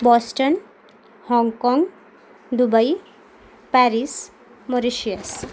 Boston हाँगकाँग Dubai Paris Mauritius